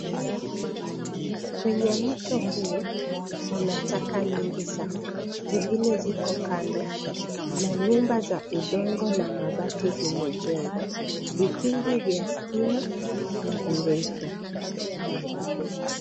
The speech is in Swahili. Kwenye mto huu kuna taka mingi sana, zingine ziko kando na nyumba za udongo na mabati zimejengwa. Vikingi vya stima ni virefu.